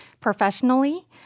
professionally